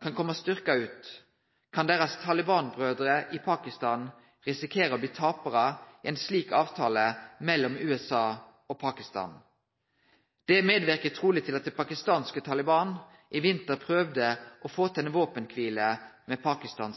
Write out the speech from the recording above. kan kome styrkt ut, kan Taliban-brørne deira i Pakistan risikere å bli taparar i ei slik avtale mellom USA og Pakistan. Det medverka truleg til at det pakistanske Taliban i vinter prøvde å få til ei våpenkvile med hæren i Pakistan.